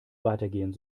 weitergehen